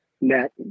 net